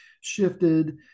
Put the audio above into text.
shifted